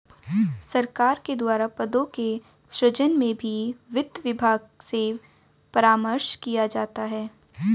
सरकार के द्वारा पदों के सृजन में भी वित्त विभाग से परामर्श किया जाता है